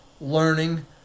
learning